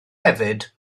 hefyd